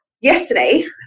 yesterday